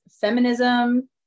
feminism